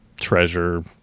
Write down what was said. treasure